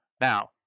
Now